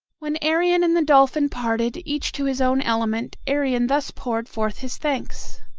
when arion and the dolphin parted, each to his own element, arion thus poured forth his thanks